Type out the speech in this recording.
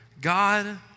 God